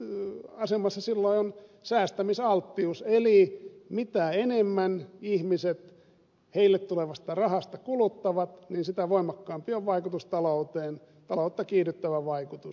ratkaisevassa asemassa silloin on säästämisalttius eli mitä enemmän ihmiset heille tulevasta rahasta kuluttavat niin sitä voimakkaampi on vaikutus talouteen taloutta kiihdyttävä vaikutus